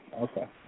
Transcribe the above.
Okay